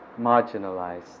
marginalized